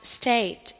state